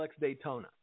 Daytona